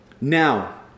Now